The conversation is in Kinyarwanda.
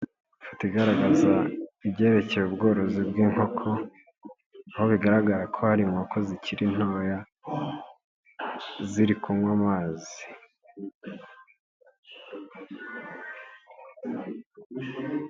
Ifoto igaragaza ibyerekeye ubworozi bw'inkoko, aho bigaragara ko hari inkoko zikiri ntoya, ziri kunywa amazi.